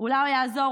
אולי הוא יעזור.